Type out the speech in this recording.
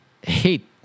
hate